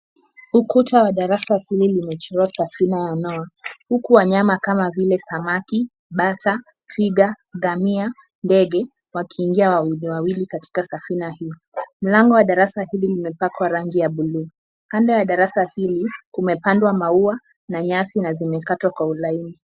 Ukuta wa darasa hili umechorwa safina na Noha huku wanyama kama vile samaki, bata, twiga, ngamia, ndege wakiingia wawili wawili katika safina hiyo. Mlango wa darasa hili imepakwa rangi ya buluu. Kando ya darasa hili kumepandwa maua na nyasi na zimekatwa kwa ulaini.